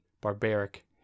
barbaric